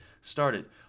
started